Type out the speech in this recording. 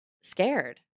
scared